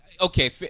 okay